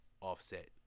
offset